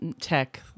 tech